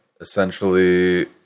essentially